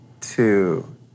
two